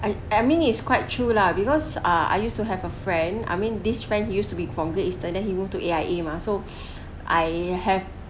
I I mean it's quite true lah because ah I used to have a friend I mean this friend used to be from Great Eastern then he moved to A_I_A mah so I have